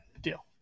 Deal